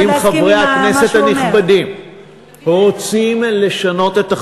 אם חברי הכנסת הנכבדים רוצים לשנות את החוק,